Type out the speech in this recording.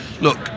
look